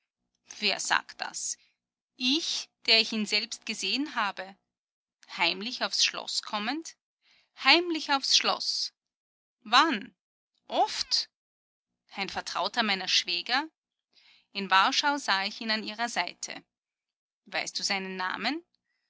wer sagt das ich der ich ihn selbst gesehen habe heimlich aufs schloß kommend heimlich aufs schloß wann oft ein vertrauter meiner schwäger in warschau sah ich ihn an ihrer seite weißt du seinen namen